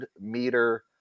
meter